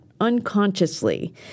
unconsciously